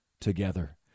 together